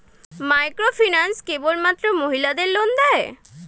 Microfinance কেবলমাত্র মহিলাদের loan দেয়?